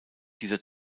dieser